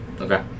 Okay